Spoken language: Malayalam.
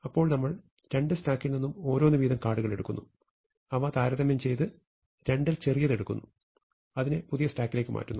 അപ്പോൾ ഞങ്ങൾ രണ്ടു സ്റ്റാക്കിൽ നിന്നും ഓരോന്നുവീതം കാർഡുകൾ എടുക്കുന്നു അവ താരതമ്യം ചെയ്ത് രണ്ടിൽ ചെറിയത് എടുക്കുന്നു അതിനെ പുതിയ സ്റ്റാക്കിലേക്ക് മാറ്റുന്നു